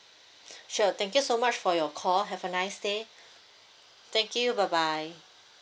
sure thank you so much for your call have a nice day thank you bye bye